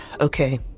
Okay